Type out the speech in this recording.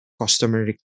customer